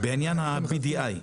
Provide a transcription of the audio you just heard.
בעניין ה-BDI.